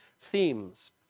themes